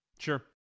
Sure